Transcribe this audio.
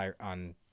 on